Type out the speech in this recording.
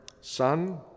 Son